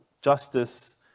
Justice